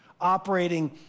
operating